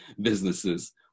businesses